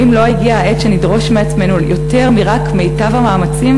האם לא הגיעה העת שנדרוש מעצמנו יותר מרק מיטב המאמצים?